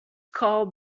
called